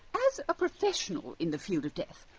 as a professional in the field of death,